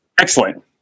excellent